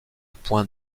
point